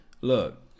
Look